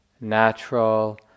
natural